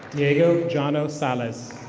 diego jolo salas.